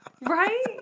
Right